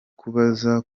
kubaza